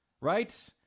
right